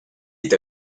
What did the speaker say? est